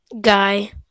Guy